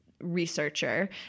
researcher